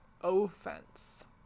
offense